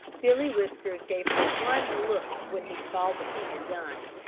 billy whiskers gave her one look when he saw what he had done,